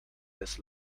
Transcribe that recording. this